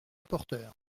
rapporteur